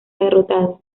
derrotado